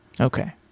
Okay